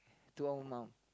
to our mum